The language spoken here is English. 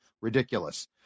ridiculous